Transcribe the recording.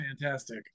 fantastic